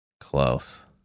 Close